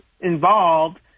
involved